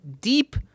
deep